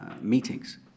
Meetings